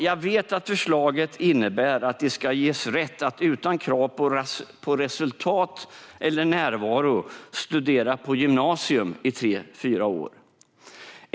Jag vet att förslaget innebär att de ska ges rätt att utan krav på resultat eller närvaro studera på gymnasium i tre eller fyra år.